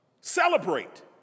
celebrate